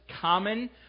common